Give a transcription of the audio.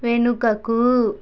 వెనుకకు